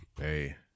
Hey